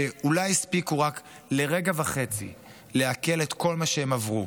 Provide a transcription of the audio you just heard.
שאולי הספיקו רק לרגע וחצי לעכל את כל מה שהם עברו,